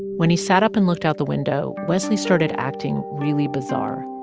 when he sat up and looked out the window, wesley started acting really bizarre.